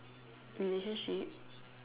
relationship